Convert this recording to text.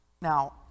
Now